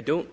don't